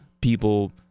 people